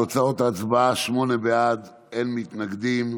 אם כך, תוצאות ההצבעה: שמונה בעד, אין מתנגדים.